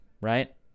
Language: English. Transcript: right